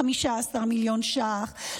15 מיליון ש"ח,